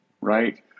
right